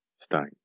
Stein